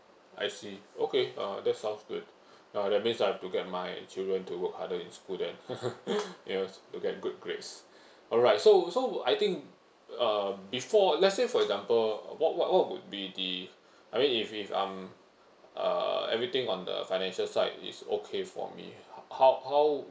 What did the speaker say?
I see okay uh that sounds good uh that means I have to get my children to work harder in school then you know to get good grades alright so so I think uh before let's say for example what what would be the I mean if if I'm uh everything on the financial side is okay for me how how